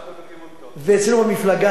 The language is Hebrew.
ואצלנו במפלגה עדיין לא צועקים.